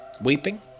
weeping